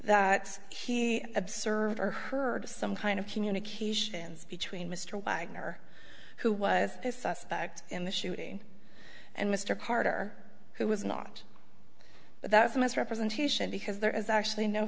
that he observed or heard some kind of communications between mr wagner who was his suspect in the shooting and mr carter who was not but that's a misrepresentation because there is actually no